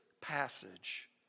passage